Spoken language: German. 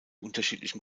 unterschiedlichen